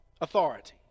authority